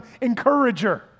encourager